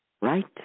Right